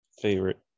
favorite